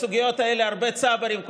בסוגיות האלה הרבה צברים,